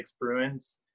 Bruins